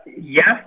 Yes